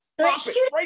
right